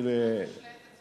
אל תשלה את עצמך,